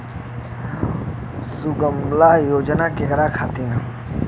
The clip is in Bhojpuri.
सुमँगला योजना केकरा खातिर ह?